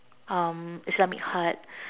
um islamic art